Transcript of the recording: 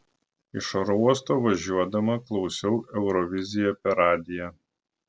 iš oro uosto važiuodama klausiau euroviziją per radiją